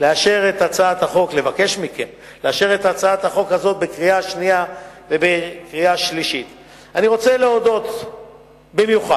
לאשר אותה בקריאה שנייה ובקריאה שלישית אני רוצה להודות במיוחד